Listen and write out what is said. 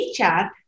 WeChat